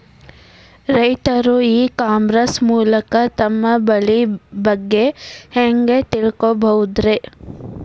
ರೈತರು e commerce ಮೂಲಕ ತಮ್ಮ ಬೆಳಿ ಬಗ್ಗೆ ಹ್ಯಾಂಗ ತಿಳ್ಕೊಬಹುದ್ರೇ?